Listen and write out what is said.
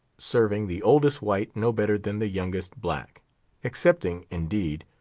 serving the oldest white no better than the youngest black excepting, indeed,